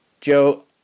joe